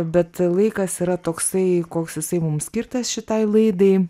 bet laikas yra toksai koks jisai mums skirtas šitai laidai